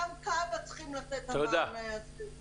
גם כב"ה צריכים לתת את המענה הזה.